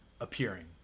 appearing